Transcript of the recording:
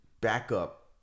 backup